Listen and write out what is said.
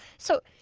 so,